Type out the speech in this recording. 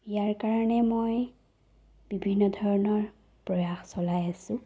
ইয়াৰ কাৰণে মই বিভিন্ন ধৰণৰ প্ৰয়াস চলাই আছোঁ